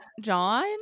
John